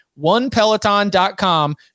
onepeloton.com